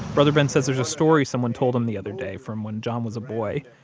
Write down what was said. brother ben says there's a story someone told him the other day from when john was a boy.